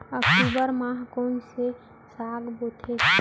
अक्टूबर मा कोन से साग बोथे?